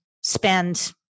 spend